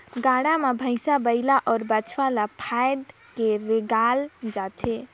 गाड़ा मे भइसा बइला अउ बछवा ल फाएद के रेगाल जाथे